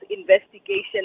investigation